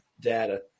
data